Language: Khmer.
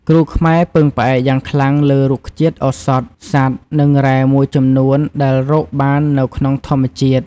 គ្រូខ្មែរពឹងផ្អែកយ៉ាងខ្លាំងលើរុក្ខជាតិឱសថ សត្វ និងរ៉ែមួយចំនួនដែលរកបាននៅក្នុងធម្មជាតិ។